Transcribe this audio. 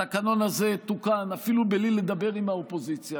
התקנון הזה תוקן אפילו בלי לדבר עם האופוזיציה,